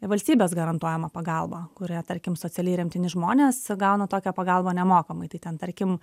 valstybės garantuojama pagalba kurią tarkim socialiai remtini žmonės gauna tokią pagalbą nemokamai tai ten tarkim